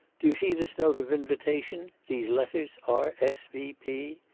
do you see this note of invitation, these letters, r s v p?